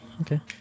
Okay